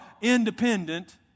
independent